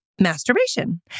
masturbation